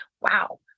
wow